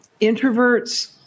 introverts